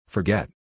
Forget